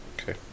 Okay